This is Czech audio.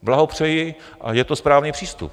Blahopřeji a je to správný přístup.